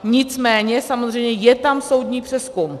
Nicméně samozřejmě je tam soudní přezkum.